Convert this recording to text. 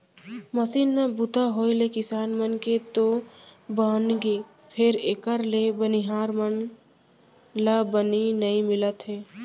machine म बूता होय ले किसान मन के तो बनगे फेर एकर ले बनिहार मन ला बनी नइ मिलत हे